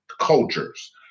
cultures